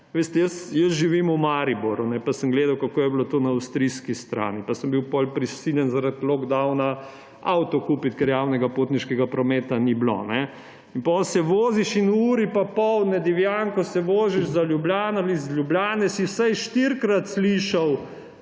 Veste, jaz živim v Mariboru, pa sem gledal, kako je bilo to na avstrijski strani. Pa sem bil potem prisiljen zaradi lock downa kupit avto, ker javnega potniškega prometa ni bilo. In potem se voziš in v uri in pol, ne divjam, ko se voziš v Ljubljano, iz Ljubljane, si vsaj štirikrat slišal